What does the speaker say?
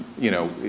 you know,